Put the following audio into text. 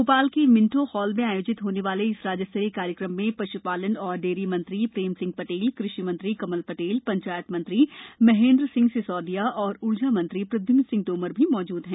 भोपाल के Minto Hall में आयोजित होने वाले इस राज्य स्तरीय कार्यक्रम में पश्पालन एवं डेयरी मंत्री प्रेम सिंह पटेल कृषि मंत्री कमल पटेल पंचायत मंत्री महेन्द्र सिंह सिसौदिया और ऊर्जा मंत्री प्रद्यूम्न सिंह भी मौजूद हैं